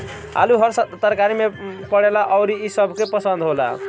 आलू हर तरकारी में पड़ेला अउरी इ सबके पसंद होला